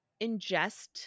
ingest